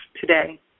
today